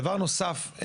דבר נוסף,